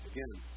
Again